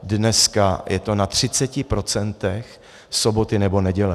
Dneska je to na třiceti procentech soboty nebo neděle.